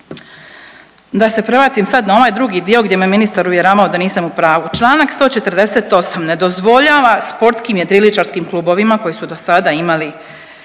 Da se prebacim sad na ovaj dio gdje me ministar uvjeravao da nisam u pravu. Čl. 148 ne dozvoljava sportskim jedriličarskim klubovima koji su do sada imali